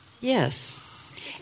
Yes